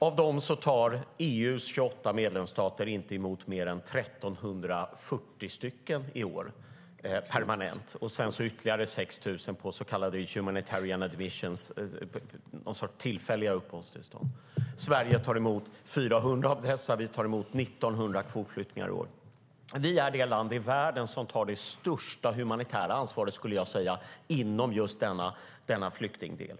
Av dem tar EU:s 28 medlemsstater inte emot mer än 1 340 i år permanent och sedan ytterligare 6 000 på vad som kallas humanitarian admission, någon sorts tillfälliga uppehållstillstånd. Sverige tar emot 400 av dessa, och vi tar emot 1 900 kvotflyktingar i år. Vi är det land i världen som, skulle jag säga, tar det största humanitära ansvaret inom just denna flyktingdel.